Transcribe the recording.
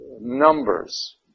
numbers